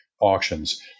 auctions